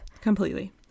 Completely